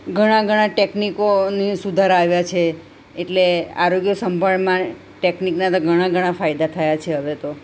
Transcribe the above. ઘણા ઘણા ટેક્નિકો અને સુધારા આવ્યા છે એટલે આરોગ્ય સંભાળમાં ટેક્નિકના તો ઘણા ઘણા ફાયદા થયા છે હવે તો